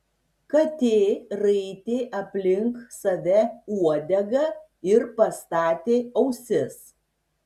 katė raitė aplink save uodegą ir pastatė ausis